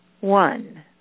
one